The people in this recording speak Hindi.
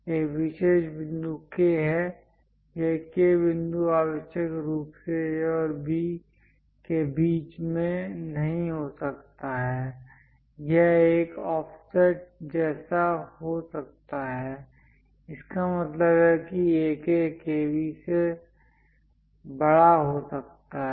एक विशेष बिंदु K है यह K बिंदु आवश्यक रूप से A और B के बीच में नहीं हो सकता है यह एक ऑफसेट जैसा हो सकता है इसका मतलब है कि AK KB से बड़ा हो सकता है